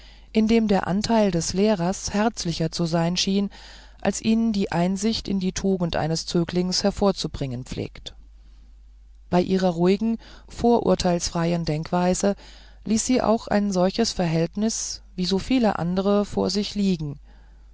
enthalten indem der anteil des lehrers herzlicher zu sein schien als ihn die einsicht in die tugenden eines zöglings hervorzubringen pflegt bei ihrer ruhigen vorurteilsfreien denkweise ließ sie auch ein solches verhältnis wie so viele andre vor sich liegen